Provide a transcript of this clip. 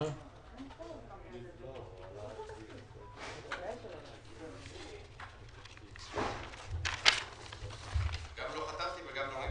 גם לא חתמתי וגם לא ראיתי